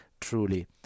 truly